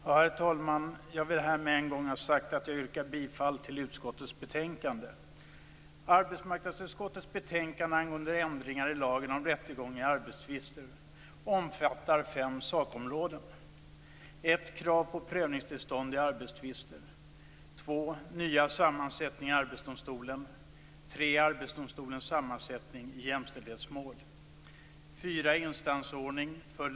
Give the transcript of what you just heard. Herr talman! Jag vill med en gång ha sagt att jag yrkar bifall till utskottets hemställan. Arbetsmarknadsutskottets betänkande angående ändringar i lagen om rättegång i arbetstvister omfattar fem sakområden: Herr talman!